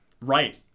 Right